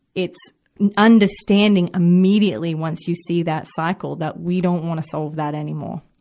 it's understanding immediately, once you see that cycle, that we don't wanna solve that anymore,